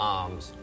arms